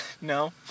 No